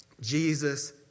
Jesus